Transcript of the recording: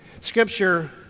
Scripture